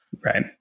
right